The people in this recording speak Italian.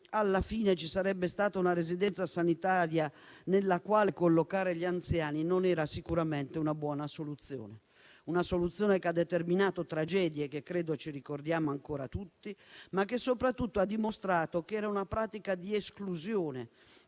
alla fine ci sarebbe stata una residenza sanitaria nella quale collocare gli anziani, non era sicuramente una buona soluzione, perché ha determinato tragedie che credo ricordiamo ancora tutti, ma soprattutto ha dimostrato che era una pratica di esclusione,